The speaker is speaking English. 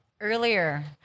Earlier